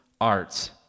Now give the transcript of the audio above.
arts